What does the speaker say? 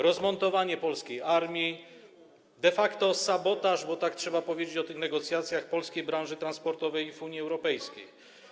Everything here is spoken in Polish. rozmontowanie polskiej armii i de facto sabotaż - bo tak trzeba powiedzieć o tych negocjacjach - polskiej branży transportowej w Unii Europejskiej.